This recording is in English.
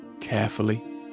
carefully